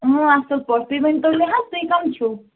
اصٕل پٲٹھۍ تُہۍ ؤنتو مےٚ حظ تُہۍ کَم چھِو